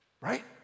right